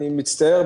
אני מצטער,